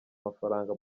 mafaranga